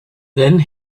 then